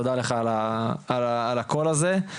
אבל תודה לך על הקול הזה.